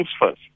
first